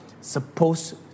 supposed